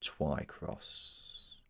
Twycross